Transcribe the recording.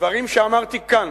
דברים שאמרתי כאן,